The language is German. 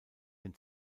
den